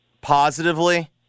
positively